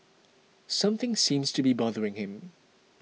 something seems to be bothering him